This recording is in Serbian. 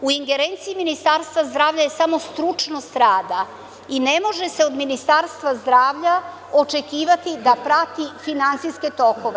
U ingerenciji Ministarstva zdravlja samo stručnost rada i ne može se od Ministarstva zdravlja očekivati da prati finansijske tokove.